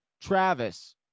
Travis